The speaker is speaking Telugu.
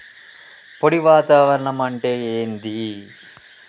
పొడి వాతావరణం అంటే ఏంది?